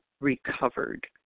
recovered